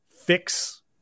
fix